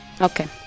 Okay